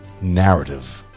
narrative